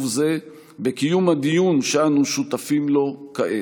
זה בקיום הדיון שאנו שותפים בו כעת.